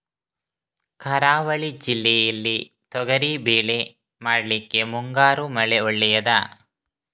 ಕರಾವಳಿ ಜಿಲ್ಲೆಯಲ್ಲಿ ತೊಗರಿಬೇಳೆ ಮಾಡ್ಲಿಕ್ಕೆ ಮುಂಗಾರು ಮಳೆ ಒಳ್ಳೆಯದ?